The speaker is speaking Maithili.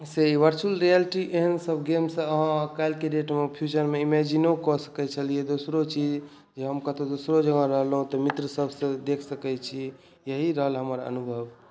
से ई वर्तुअल रियलिटी एहेन गेमसँ आहाँकेँ आइकाल्हिकेॅं डेटमे फ्यूचर मे इमेजिनो कऽ सकै छलियै दोसरो चीज जे हम कतौ दोसरो जगह रहलहुॅं तऽ मित्र सबसँ देख सकै छी यहीं रहल हमर अनुभव